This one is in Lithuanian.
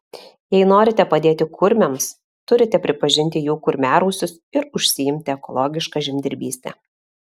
jei norite padėti kurmiams turite pripažinti jų kurmiarausius ir užsiimti ekologiška žemdirbyste